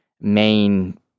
main